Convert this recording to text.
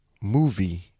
movie